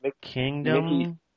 Kingdom